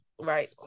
Right